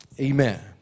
Amen